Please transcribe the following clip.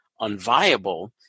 unviable